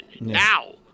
Now